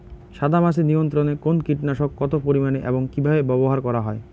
সাদামাছি নিয়ন্ত্রণে কোন কীটনাশক কত পরিমাণে এবং কীভাবে ব্যবহার করা হয়?